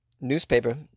newspaper